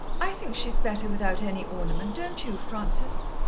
i think she's better without any ornament, don't you, francis?